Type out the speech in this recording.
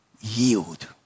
Yield